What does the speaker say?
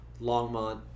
longmont